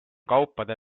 kaupade